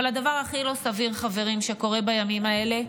אבל הדבר הכי לא סביר שקורה בימים האלה,